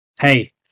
hey